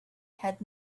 had